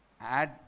add